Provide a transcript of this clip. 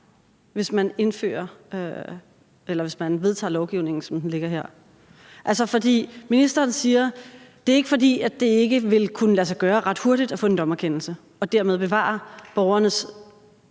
hvis man vedtager lovforslaget, som det ligger her? Ministeren siger, at det ikke er, fordi det ikke vil kunne lade sig gøre ret hurtigt at få en dommerkendelse og dermed i virkeligheden